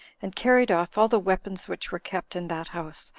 and carried off all the weapons which were kept in that house,